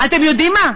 אתם יודעים מה?